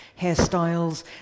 hairstyles